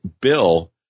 Bill